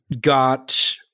got –